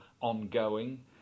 ongoing